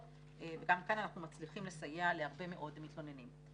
וגם כאן אנחנו מצליחים לסייע להרבה מאוד מתלוננים.